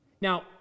Now